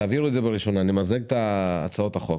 תעבירו אותה בקריאה הראשונה, נמזג את הצעות החוק